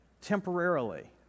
temporarily